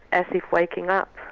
as if waking up.